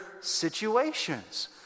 situations